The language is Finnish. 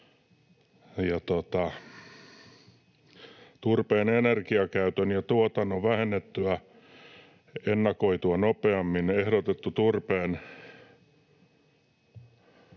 Turpeen energiakäytön ja tuotannon vähennyttyä ennakoitua nopeammin ehdotettu turpeen